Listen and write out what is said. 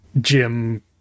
Jim